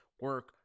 Work